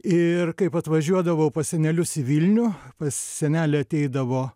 ir kaip atvažiuodavau pas senelius į vilnių pas senelį ateidavo